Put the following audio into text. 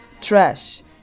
trash